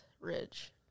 Ridge